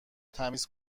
تمیز